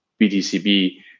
BTCB